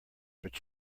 but